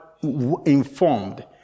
informed